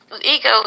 Ego